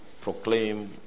proclaim